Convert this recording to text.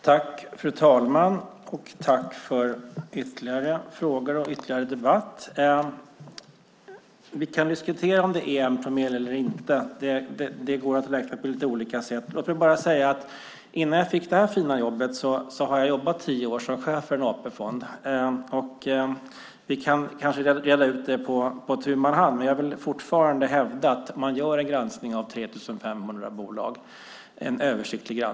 Fru talman! Tack för ytterligare frågor och ytterligare debatt! Vi kan diskutera om det är 1 promille eller inte. Det går att räkna på lite olika sätt. Låt mig bara säga att jag, innan jag fick det här fina jobbet, jobbade i tio år som chef för en AP-fond. Vi kan kanske reda ut detta på tu man hand. Men jag vill fortfarande hävda att man gör en översiktlig granskning av 3 500 bolag.